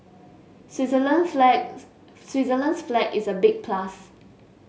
Switzerland's flag Switzerland's flag is a big plus